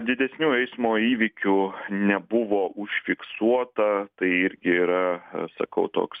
didesnių eismo įvykių nebuvo užfiksuota tai irgi yra sakau toks